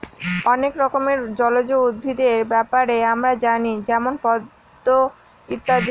অনেক রকমের জলজ উদ্ভিদের ব্যাপারে আমরা জানি যেমন পদ্ম ইত্যাদি